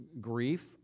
grief